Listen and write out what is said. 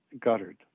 guttered